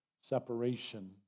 separation